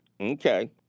Okay